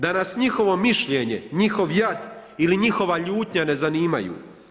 Da nas njihovo mišljenje, njih jad ili njihova ljutnja ne zanimaju?